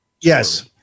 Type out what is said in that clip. yes